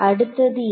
அடுத்தது என்ன